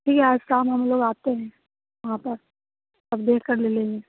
ठीक है आज शाम हम लोग आते हैं वहाँ पर तब देख कर ले लेंगे